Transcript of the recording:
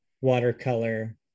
watercolor